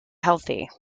healthy